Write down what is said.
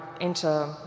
enter